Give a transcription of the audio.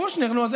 אתה